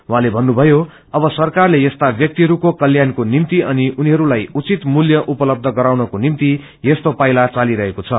उहाँले भन्नुभयो अब सरकारले यसता व्याक्तिहरूको कत्याणको निम्ति अनि उनीहरूलाई उचित मूल्य उपलब्ध गराउनको निम्ति यस्तो पाइला चालिरहेको छ